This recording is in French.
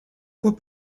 fois